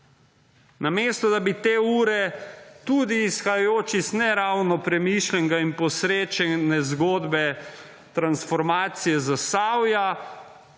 Namesto, da bi te ure tudi izhajajoč iz ne ravno premišljenega in posrečene zgodbe transformacije Zasavja